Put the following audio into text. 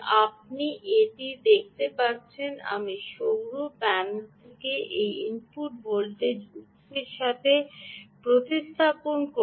আপনি এটি দেখতে পাচ্ছেন আমি সৌর প্যানেলটিকে এই ইনপুট ভোল্টেজ উত্সের সাথে প্রতিস্থাপন করব